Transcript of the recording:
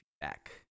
feedback